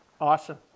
Awesome